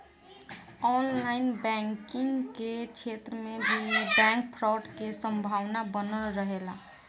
online banking के क्षेत्र में भी बैंक फ्रॉड के संभावना बनल रहेला